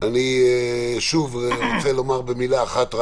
אני שוב רוצה לומר במילה אחת.